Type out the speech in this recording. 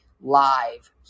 live